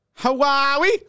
Hawaii